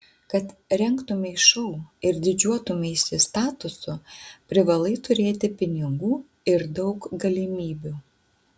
kad rengtumei šou ir didžiuotumeisi statusu privalai turėti pinigų ir daug galimybių